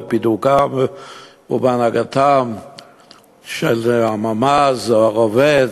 בפיקודם ובהנהגתם של הממ"ז זוהר עובד,